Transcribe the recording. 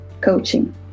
coaching